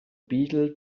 beetle